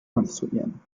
konstruieren